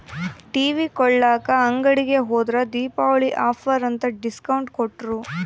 TV ಕೊಳ್ಳಾಕ ಅಂಗಡಿಗೆ ಹೋದ್ರ ದೀಪಾವಳಿ ಆಫರ್ ಅಂತ ಡಿಸ್ಕೌಂಟ್ ಕೊಟ್ರು